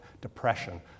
depression